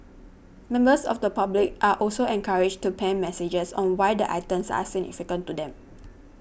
members of the public are also encouraged to pen messages on why the items are significant to them